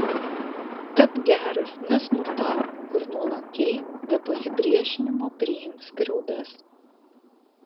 tapk geras nesmurtauk ir nuolankiai be pasipriešinimo priimk skriaudas